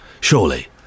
Surely